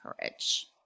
courage